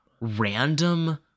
random